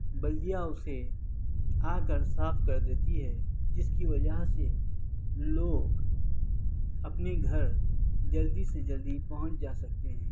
بلدیا اسے آکر صاف کر دیتی ہے جس کی وجہ سے لوگ اپنے گھر جلدی سے جلدی پہنچ جا سکتے ہیں